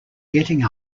getting